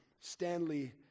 Stanley